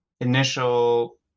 initial